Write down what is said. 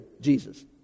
Jesus